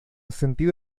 sentido